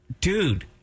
Dude